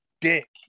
dick